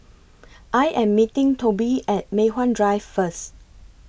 I Am meeting Tobi At Mei Hwan Drive First